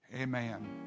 amen